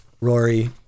Rory